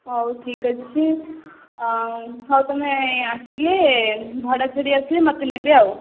ହେଉ ଠିକ୍ ଅଛି ଆଉ ହେଉ ତମେ ଆସିଲେ ଭଡ଼ା ଛାଡ଼ି ଆସିଲେ ମୋତେ ନେବେ ଆଉ